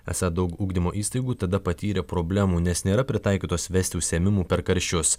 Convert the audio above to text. esą daug ugdymo įstaigų tada patyrė problemų nes nėra pritaikytos vesti užsiėmimų per karščius